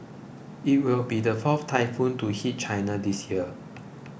it will be the fourth typhoon to hit China this year